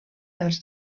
dels